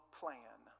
plan